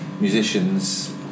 musicians